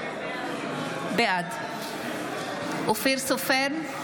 בעד אופיר סופר,